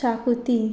शाकुती